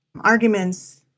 arguments